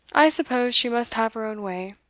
i suppose she must have her own way.